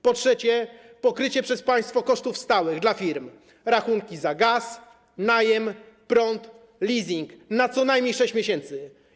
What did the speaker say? Po trzecie, pokrycie przez państwo kosztów stałych dla firm: rachunków za gaz, najem, prąd, leasing na co najmniej 6 miesięcy.